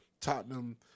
Tottenham